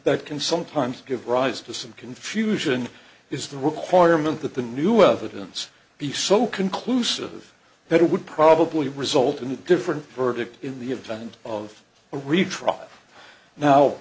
that can sometimes give rise to some confusion is the requirement that the new evidence be so conclusive that it would probably result in a different verdict in the event of a